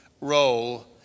role